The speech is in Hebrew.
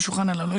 יחשבו